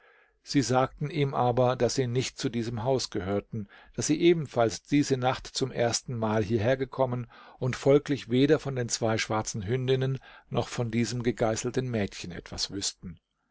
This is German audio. sie sagten ihm aber daß sie nicht zu diesem haus gehörten daß sie ebenfalls diese nacht zum ersten mal hierher gekommen und folglich weder von den zwei schwarzen hündinnen noch von diesem gegeißelten mädchen etwas wüßten